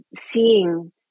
seeing